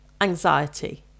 Anxiety